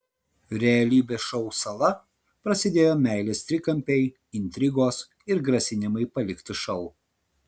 realybės šou sala prasidėjo meilės trikampiai intrigos ir grasinimai palikti šou